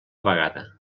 vegada